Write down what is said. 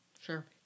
Sure